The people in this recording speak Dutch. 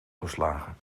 geslagen